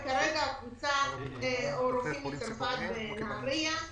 וכרגע רופאים מצרפת בנהריה.